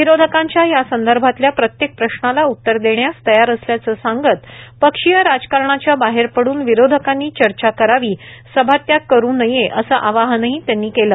विरोधकांच्या या संदर्भातल्या प्रत्येक प्रश्नाला उतर देण्यास तयार असल्याचं सांगत पक्षीय राजकारणाच्या बाहेर पड्ञन विरोधकांनी चर्चा करावी सभात्याग करू नये असं आवाहनही त्यांनी केलं